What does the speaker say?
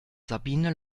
sabine